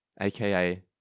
aka